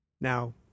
Now